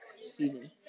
season